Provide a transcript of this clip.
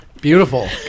Beautiful